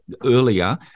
earlier